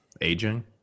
Aging